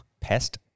Pest